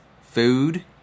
food